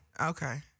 Okay